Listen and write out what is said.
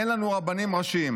אין לנו רבנים ראשיים.